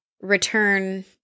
return